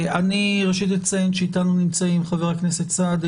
אני מציין שאתנו נמצאים חבר הכנסת סעדי,